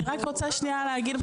אני רק רוצה להגיד שנייה,